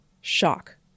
Shock